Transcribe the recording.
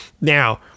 Now